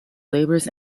labors